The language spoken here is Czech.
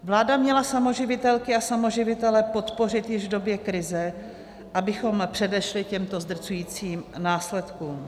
Vláda měla samoživitelky a samoživitele podpořit již v době krize, abychom předešli těmto zdrcujícím následkům.